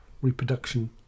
reproduction